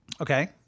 Okay